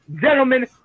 Gentlemen